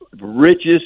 richest